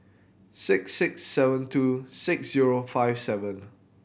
six six seven two six zero five seven